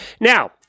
Now